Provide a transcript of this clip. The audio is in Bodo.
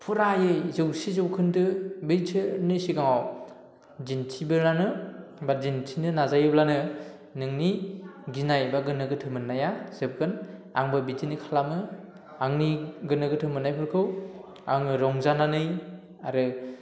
फुरायै जौसे जौखोन्दो बैसोरनि सिगाङाव दिन्थिबोनानो बा दिन्थिनो नाजायोब्लानो नोंनि गिनाय बा गोनो गोथो मोननाया जोबगोन आंबो बिदिनो खालामो आंनि गोनो गोथो मोननायफोरखौ आङो रंजानानै आरो